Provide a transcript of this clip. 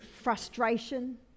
frustration